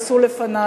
עשו לפני,